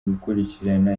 gukurikirana